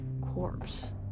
corpse